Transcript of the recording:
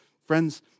Friends